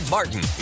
Martin